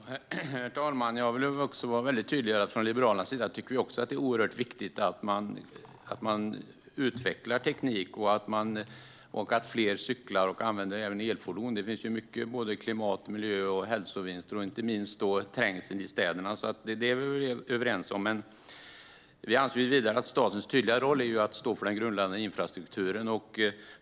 Herr talman! Jag vill vara väldigt tydlig med att vi från Liberalernas sida också tycker att det är oerhört viktigt att man utvecklar teknik och att fler cyklar och använder elfordon. Det finns många klimat, miljö och hälsovinster, och det handlar inte minst om trängseln i städerna. Detta är vi överens om. Men vi anser vidare att statens tydliga roll är att stå för den grundläggande infrastrukturen.